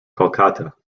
kolkata